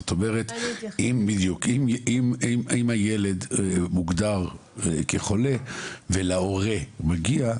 זאת אומרת אם הילד מוגדר כחולה ולהורה מגיע,